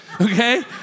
Okay